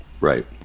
Right